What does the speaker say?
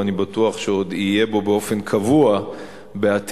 ואני בטוח שעוד יהיו בו באופן קבוע בעתיד,